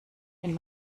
wenn